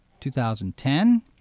2010